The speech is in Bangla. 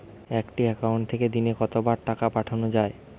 একটি একাউন্ট থেকে দিনে কতবার টাকা পাঠানো য়ায়?